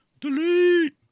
delete